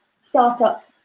startup